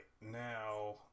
now